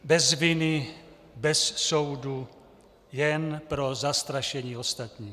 Bez viny, bez soudu, jen pro zastrašení ostatních.